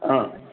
ꯑ